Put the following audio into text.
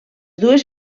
dues